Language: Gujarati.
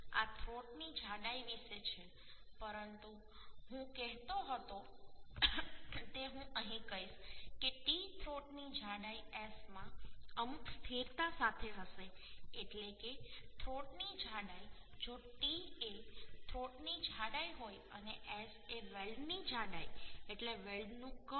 આ થ્રોટની જાડાઈ વિશે છે પરંતુ હું જે કહેતો હતો તે હું અહીં કહીશ કે T થ્રોટની જાડાઈ S માં અમુક સ્થિરતા સાથે હશે એટલે કે થ્રોટની જાડાઈ જો T એ થ્રોટની જાડાઈ હોય અને S એ વેલ્ડની જાડાઈ એટલે વેલ્ડનું કદ